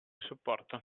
supporto